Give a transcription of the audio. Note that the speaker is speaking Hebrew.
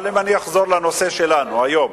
אבל אני אחזור לנושא שלנו היום.